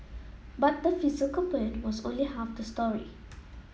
but the physical pain was only half the story